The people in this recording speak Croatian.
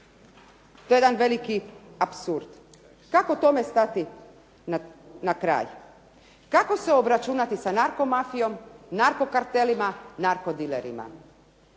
To je jedan veliki apsurd. Kako tome stati na kraj? Kako se obračunati sa narkomafijom, narko kartelima, narko dilerima?